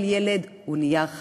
כל ילד הוא נייר חדש,